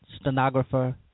stenographer